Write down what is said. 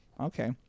Okay